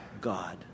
God